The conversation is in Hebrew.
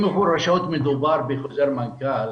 אם מפורשות מדובר בחוזר מנכ"ל